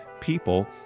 people